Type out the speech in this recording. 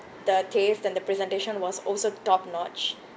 the taste and the presentation was also top notch